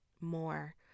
more